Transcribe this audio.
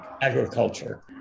agriculture